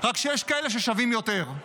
רק שיש כאלה ששווים יותר.